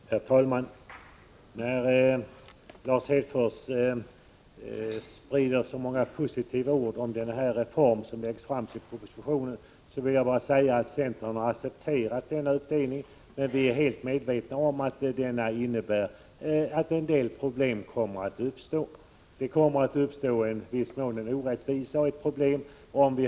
Herr talman! När Lars Hedfors sprider så många positiva ord om den reform som läggs fram i propositionen, vill jag bara säga att centern har accepterat den uppdelning som föreslås, men att vi är helt medvetna om att den innebär att en del problem kommer att uppstå. Det kommer i viss mån att uppstå en orättvisa om vit.ex.